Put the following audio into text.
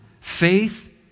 faith